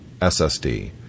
SSD